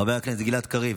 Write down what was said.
חבר הכנסת גלעד קריב,